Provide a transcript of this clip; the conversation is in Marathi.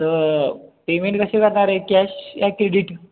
सर पेमेंट कसे करणार आहे कॅश की क्रेडिट